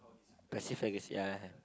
passive agressive ya